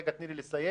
תני לי לסיים